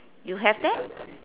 you have that